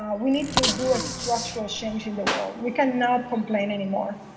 um we need to do a structural change in the world. we cannot complain anymore.